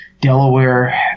Delaware